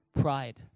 pride